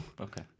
okay